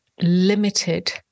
limited